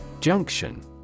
Junction